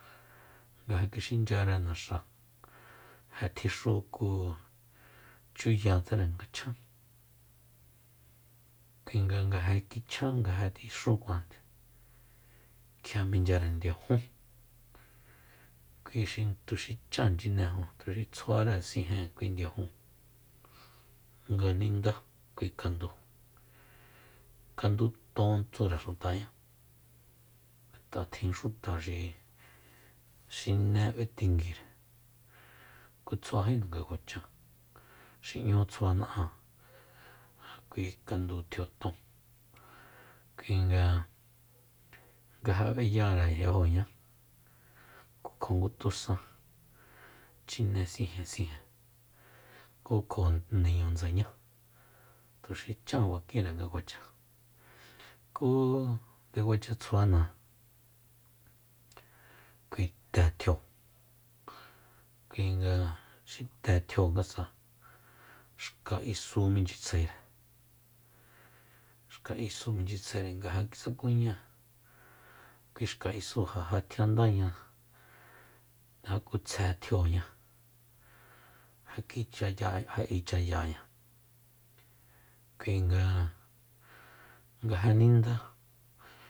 Nga ja kixinchyare naxa ku ja tji xú ku chuyatsere nga chjan kuinga nga ja kichjan ja tixúkuajande kjia minchyare ndiajun kui xi tu xi chan chuineju tuxi tsjuare sijen kui ndiajun nga ninda kui kandu kandu tion tsure xutaña tjin xuta xi- xi xiné b'etinguire ku tsjuajina nga kuacha xi 'ñu tsjuana'an ja kui kandu tjio ton kuinga nga ja b'eyare yajóñá kjo ngu tusan chine sijensijen ku kjo niñu ndsañá tuxi chan bakinre nga kuacha ku nde kuacha tsjuana kui te tjio kuinga xi tejiongasa xka isu minchyitsjaere xka isu michyitsjaere nga ja kisakuña kui xka isúu ja jatjiandaña ja kutsje tjioña jakichaya- ja ichayaña kuinga nga ja nindá